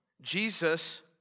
Jesus